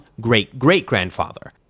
great-great-grandfather